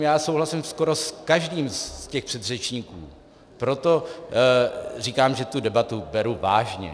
Já souhlasím skoro s každým z těch předřečníků, proto říkám, že tu debatu beru vážně.